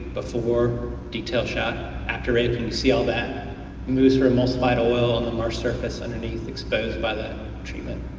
before detailed shot, after raking, see all that mousse or emulsified oil on the marsh surface, underneath exposed by that treatment.